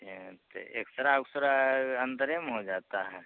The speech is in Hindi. हाँ तो एक्स रा उकसरा अंदर में हो जाता है क्या